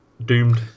doomed